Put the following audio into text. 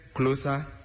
Closer